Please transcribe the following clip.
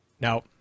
Now